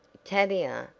tavia,